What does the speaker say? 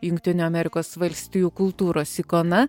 jungtinių amerikos valstijų kultūros ikona